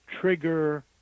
trigger